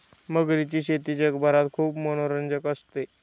मगरीची शेती जगभरात खूप मनोरंजक असते